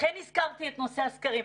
לכן הזכרתי את נושא הסקרים.